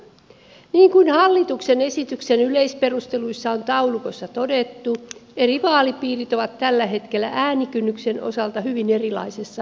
niin kuin hallituksen esityksen yleisperusteluissa on taulukossa todettu eri vaalipiirit ovat tällä hetkellä äänikynnyksen osalta hyvin erilaisessa asemassa